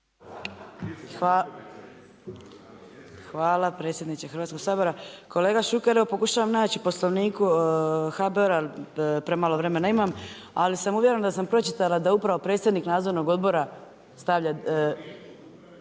Hvala predsjedniče Hrvatskog sabora. Kolega Šuker, evo pokušavam naći u Poslovniku HBOR-a, premalo vremena imam, ali sam uvjerena da sam pročitala da upravo predsjednik nadzornog odbora …/Upadica